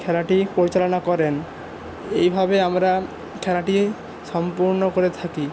খেলাটি পরিচালনা করেন এইভাবে আমরা খেলাটি সম্পূর্ণ করে থাকি